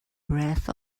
breath